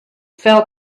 fell